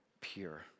pure